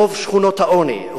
רוב שכונות העוני,